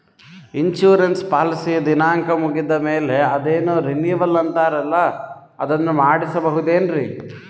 Insurance ಪಾಲಿಸಿಯ ದಿನಾಂಕ ಮುಗಿದ ಮೇಲೆ ಅದೇನೋ ರಿನೀವಲ್ ಅಂತಾರಲ್ಲ ಅದನ್ನು ಮಾಡಿಸಬಹುದೇನ್ರಿ?